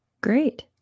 great